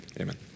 amen